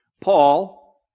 Paul